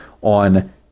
on